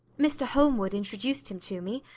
mr. holmwood introduced him to me,